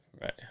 Right